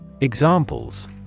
Examples